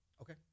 okay